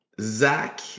Zach